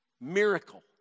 miracle